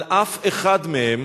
על אף אחד מהם